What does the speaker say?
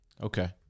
Okay